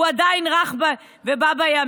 הוא עדיין רך בימים.